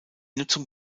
nutzung